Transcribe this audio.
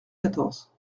quatorze